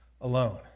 Alone